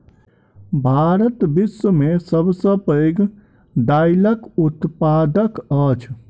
भारत विश्व में सब सॅ पैघ दाइलक उत्पादक अछि